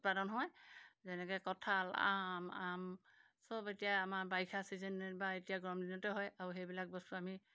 উৎপাদন হয় যেনেকৈ কঁঠাল আম আম চব এতিয়া আমাৰ বাৰিষা ছিজন যেনিবা এতিয়া গৰমদিনতে হয় আৰু সেইবিলাক বস্তু আমি